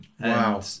Wow